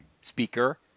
speaker